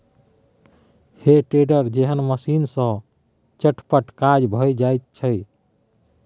हे टेडर जेहन मशीन सँ चटपट काज भए जाइत छै